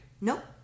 Nope